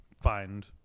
find